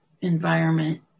environment